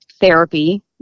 therapy